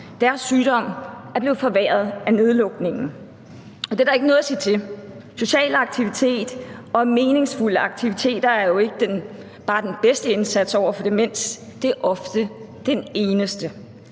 Deres sygdom er blevet forværret af nedlukningen. Det er der ikke noget at sige til. Social aktivitet og meningsfulde aktiviteter er jo ikke bare den bedste indsats over for demens, men det er ofte den eneste.